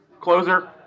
closer